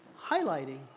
highlighting